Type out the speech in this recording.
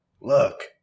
look